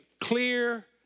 clear